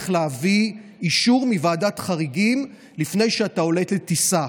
להביא אישור מוועדת חריגים לפני שאתה עולה לטיסה,